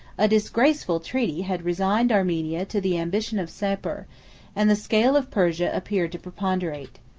a disgraceful treaty had resigned armenia to the ambition of sapor and the scale of persia appeared to preponderate.